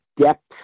depth